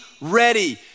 ready